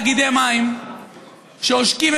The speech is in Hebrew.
תאגידי המים הפכו למקום שכל עניינו ג'ובים,